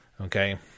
Okay